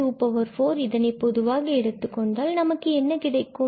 124 இதனை நாம் பொதுவாக எடுத்துக் கொண்டால் நமக்கு என்ன கிடைக்கும்